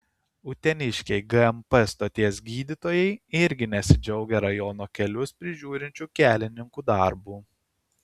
uteniškiai gmp stoties gydytojai irgi nesidžiaugia rajono kelius prižiūrinčių kelininkų darbu